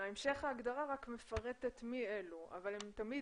המשך ההגדרה מפרט מי אלו אבל הם תמיד